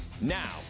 Now